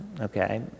Okay